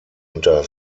unter